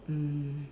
mm